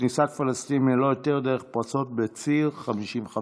כניסת פלסטינים ללא היתר דרך פרצות בציר 55,